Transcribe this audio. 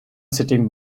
sitting